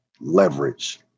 leverage